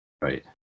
Right